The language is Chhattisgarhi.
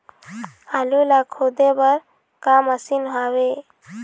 आलू ला खोदे बर का मशीन हावे?